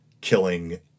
killing